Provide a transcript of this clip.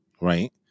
right